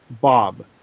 Bob